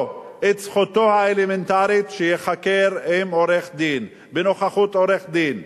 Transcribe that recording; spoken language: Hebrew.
את זכותו האלמנטרית להיחקר בנוכחות עורך-דין.